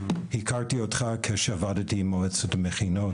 הכרתי אותך כשעבדתי עם מועצת המכינות